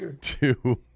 two